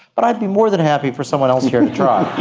but i'd be more than happy for someone else here to try.